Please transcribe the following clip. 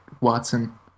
Watson